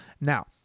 Now